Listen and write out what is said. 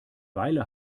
weile